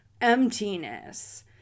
emptiness